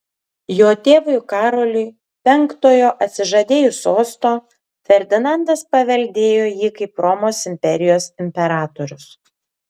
jo tėvui karoliui penktojo atsižadėjus sosto ferdinandas paveldėjo jį kaip romos imperijos imperatorius